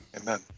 Amen